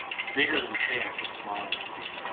it's bigger than sand but smaller than